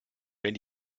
wenn